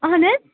اَہَن حظ